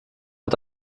hat